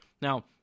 Now